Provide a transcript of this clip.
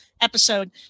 episode